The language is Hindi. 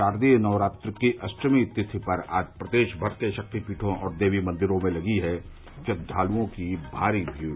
शारदीय नवरात्र की अष्टमी तिथि पर आज प्रदेश भर के शक्तिपीठों और देवी मंदिरों में लगी है श्रद्वालुओं की भारी भीड़